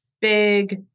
big